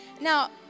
Now